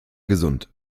gesund